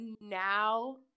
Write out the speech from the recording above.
now